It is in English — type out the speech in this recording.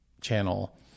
channel